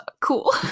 cool